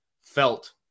felt